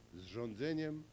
zrządzeniem